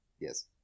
Yes